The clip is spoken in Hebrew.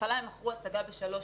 בהתחלה הם מכרו הצגה ב-3,600,